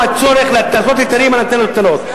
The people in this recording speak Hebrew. מהצורך לקבל היתרים לאנטנות קטנות.